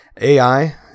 AI